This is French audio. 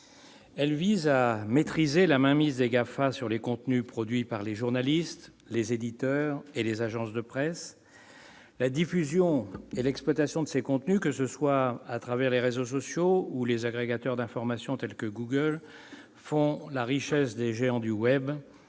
Celle-ci vise à maîtriser la mainmise des GAFA sur les contenus produits par les journalistes, les éditeurs et les agences de presse, dont la diffusion et l'exploitation à travers les réseaux sociaux ou les agrégateurs d'informations tels que Google, font la richesse des géants du web,